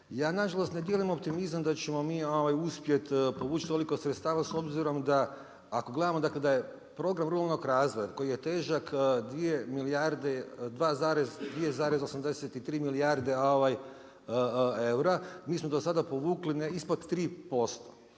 Ja nažalost ne dijelim optimizam da ćemo mi uspjeti povući toliko sredstava s obzirom da ako gledamo dakle da je program ruralnog razvoja koji je težak 2,83 milijarde eura, mi smo do sada povukli ispod 3%.